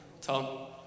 Tom